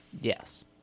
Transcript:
Yes